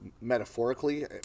metaphorically